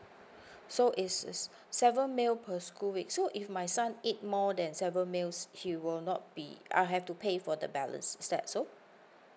so is seven meal per school week so if my son eat more than seven meals he will not be I have to pay for the balance is that so